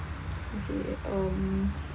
okay um